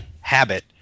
habit